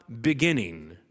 beginning